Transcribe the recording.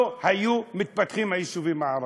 לא היו מתפתחים היישובים הערביים.